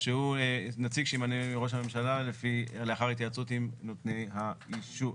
שהוא נציג שימנה ראש הממשלה לאחר התייעצות עם השרים נותני האישור.